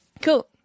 Cool